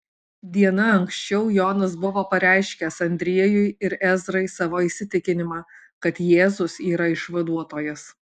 diena anksčiau jonas buvo pareiškęs andriejui ir ezrai savo įsitikinimą kad jėzus yra išvaduotojas